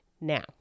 Now